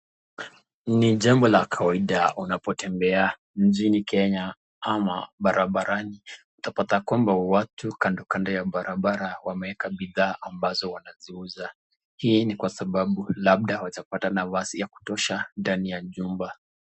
Ni jambo la kawaida unapotembea nchini Kenya ama barabarani, utapata ya kwamba watu kandokando ya barabara wameweka bidhaa ambazo wanaziuza, hii ni kwa sababu labda hawajapata nafasi ya kutosha ndani ya chumba.